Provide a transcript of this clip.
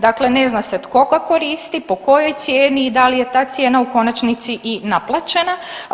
Dakle, ne zna se tko ga koristi, po kojoj cijeni i da li je ta cijena u konačnici i naplaćena.